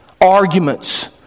Arguments